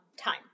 time